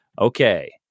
Okay